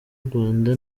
rwanda